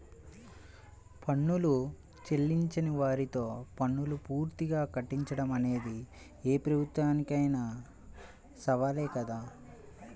పన్నులు చెల్లించని వారితో పన్నులు పూర్తిగా కట్టించడం అనేది ఏ ప్రభుత్వానికైనా సవాలే కదా